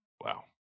Wow